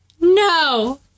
No